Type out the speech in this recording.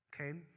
Okay